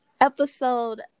Episode